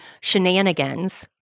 shenanigans